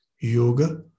yoga